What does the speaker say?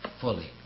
fully